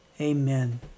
Amen